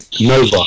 Nova